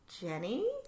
Jenny